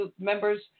members